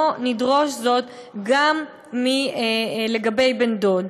לא נדרוש זאת גם לגבי בן-דוד.